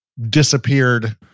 disappeared